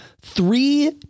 three